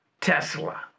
Tesla